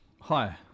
hi